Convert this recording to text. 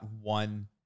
one